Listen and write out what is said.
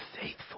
faithful